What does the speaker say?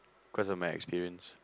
cause of my experience